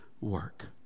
work